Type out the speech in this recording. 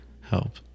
help